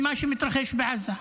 של מה שמתרחש בעזה,